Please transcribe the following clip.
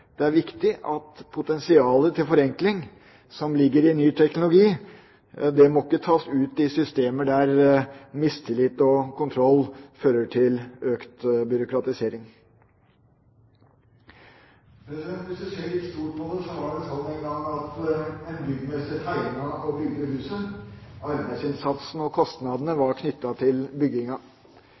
det offentlige. Det er viktig at det potensialet til forenkling som ligger i ny teknologi, ikke tas ut i systemer der mistillit og kontroll fører til økt byråkratisering. Hvis vi ser litt stort på det, var det sånn en gang at en byggmester tegnet og bygde huset. Arbeidsinnsatsen og kostnadene var knyttet til bygginga.